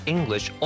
English